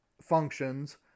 functions